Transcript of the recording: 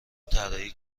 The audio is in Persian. طراحی